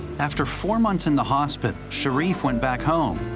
after four months in the hospital, sharif went back home,